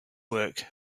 work